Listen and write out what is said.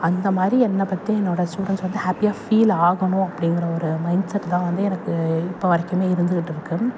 அந்த மாதிரி என்னை பற்றி என்னோட ஸ்டூடெண்ஸ் வந்து ஒரு ஹாப்பியாக ஃபீல் ஆகணும் அப்படிங்கற ஒரு மைண்ட் செட் தான் வந்து எனக்கு இப்போ வரைக்குமே இருந்துக்கிட்டு இருக்கு